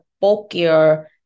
bulkier